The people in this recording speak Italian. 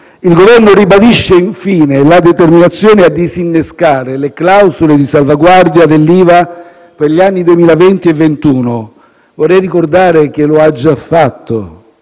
Il Governo ribadisce infine la determinazione a disinnescare le clausole di salvaguardia dell'IVA per gli anni 2020 e 2021. Vorrei ricordare che lo ha già fatto